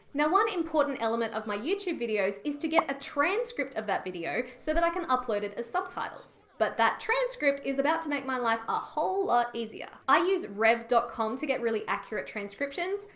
now one important element of my youtube videos is to get a transcript of that video so that i can upload it as subtitles. but that transcript is about to make my life a whole lot easier. i use rev dot com to get really accurate transcriptions,